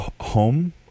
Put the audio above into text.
home